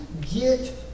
get